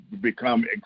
become